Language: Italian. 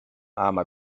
ama